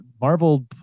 Marvel